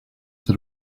that